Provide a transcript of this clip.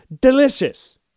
delicious